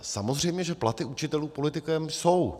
Samozřejmě že platy učitelů politikem jsou.